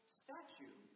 statue